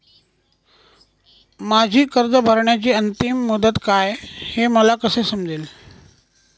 माझी कर्ज भरण्याची अंतिम मुदत काय, हे मला कसे समजेल?